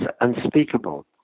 unspeakable